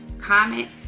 comment